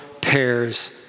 pairs